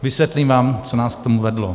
Vysvětlím vám, co nás k tomu vedlo.